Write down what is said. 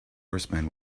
horsemen